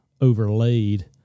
overlaid